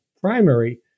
primary